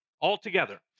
altogether